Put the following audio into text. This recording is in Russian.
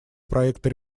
проекта